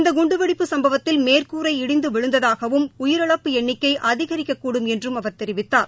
இந்த குண்டுவெடிப்பு சும்பவத்தில் மேற்கூரை இடிந்து விழுந்ததாகவும் உயிரிழப்பு எண்ணிக்கை அதிகரிக்கக்கூடும் என்றும் அவர் தெரிவித்தார்